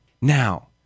Now